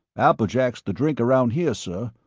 applejack's the drink around here, sir.